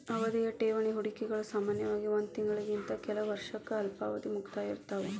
ಅವಧಿಯ ಠೇವಣಿ ಹೂಡಿಕೆಗಳು ಸಾಮಾನ್ಯವಾಗಿ ಒಂದ್ ತಿಂಗಳಿಂದ ಕೆಲ ವರ್ಷಕ್ಕ ಅಲ್ಪಾವಧಿಯ ಮುಕ್ತಾಯ ಇರ್ತಾವ